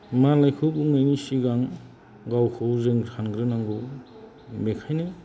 मालायखौ बुंनायनि सिगां गावखौ जों सानग्रोनांगौ बेखायनो